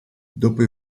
dopo